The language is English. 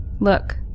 Look